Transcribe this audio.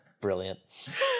Brilliant